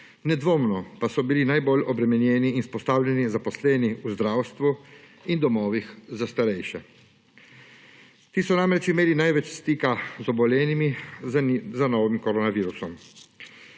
nedvomno pa so bili najbolj obremenjeni in izpostavljeni zaposleni v zdravstvu in domovih za starejše. Ti so namreč imeli največ stika z obolelimi z novim koronavirusom.